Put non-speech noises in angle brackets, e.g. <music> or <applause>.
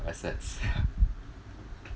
assets <laughs>